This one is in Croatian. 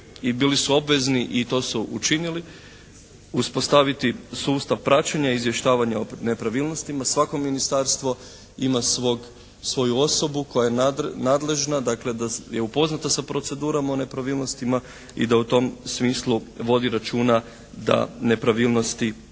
i bili su obvezni i to su učinili, uspostaviti sustav praćenja i izvještavanja o nepravilnostima. Svako ministarstvo ima svog, svoju osobu koja je nadležna dakle da je upoznata sa procedurom o nepravilnostima i da u tom smislu vodi računa da nepravilnosti nema.